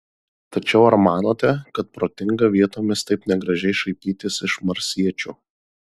tačiau ar manote kad protinga vietomis taip negražiai šaipytis iš marsiečių